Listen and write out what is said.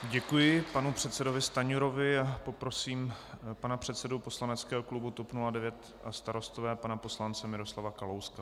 Děkuji panu předsedovi Stanjurovi a poprosím pana předsedu poslaneckého klubu TOP 09 a Starostové pana poslance Miroslava Kalouska.